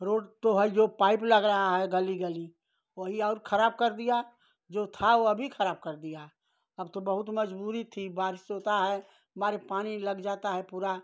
road तो है जो पाइप लग रही है गली गली वही और खराब कर दिया जो था वह भी खराब कर दिया अब तो बहुत मजबूरी थी बारिश होती है मारे पानी लग जाता है पूरा